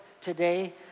today